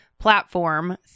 Platform